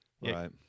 Right